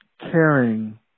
caring